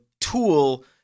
tool